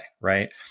right